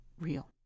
real